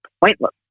pointless